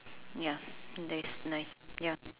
ya that's nice ya